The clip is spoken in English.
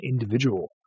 individual